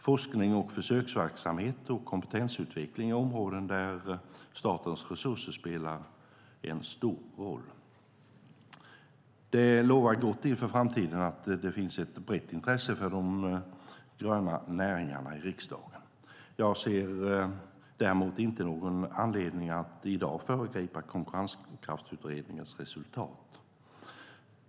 Forskning, försöksverksamhet och kompetensutveckling är områden där statens resurser spelar en stor roll. Det lovar gott inför framtiden att det finns ett brett intresse för de gröna näringarna i riksdagen. Jag ser däremot inte någon anledning att i dag föregripa konkurrenskraftsutredningens resultat.